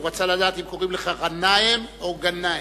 הוא רצה לדעת אם קוראים לך ע'אנים או גנאים.